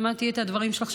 אני שמעתי את הדברים שלך,